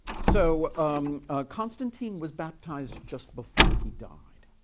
so um constantine was baptized just before he died.